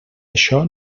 això